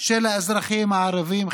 של האזרחים הערבים,